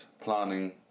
planning